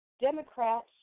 Democrats